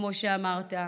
כמו שאמרת.